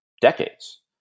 decades